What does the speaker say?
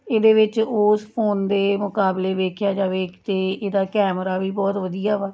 ਇਹਦੇ ਵਿੱਚ ਉਸ ਫੋਨ ਦੇ ਮੁਕਾਬਲੇ ਵੇਖਿਆ ਜਾਵੇ ਤਾਂ ਇਹਦਾ ਕੈਮਰਾ ਵੀ ਬਹੁਤ ਵਧੀਆ ਵਾ